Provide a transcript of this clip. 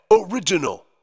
original